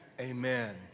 Amen